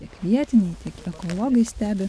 tiek vietiniai tiek ekologai stebi